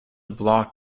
block